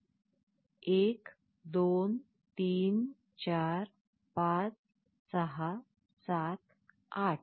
1 2 3 4 5 6 7 8